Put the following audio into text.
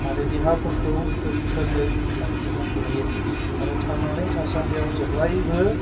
आरो देहाफोरखौ गोख्रोङै लाखिनो हायो आरो थांनानै थासान्दियाव जेब्लाबो